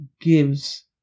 gives